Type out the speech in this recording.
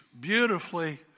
beautifully